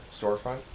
storefront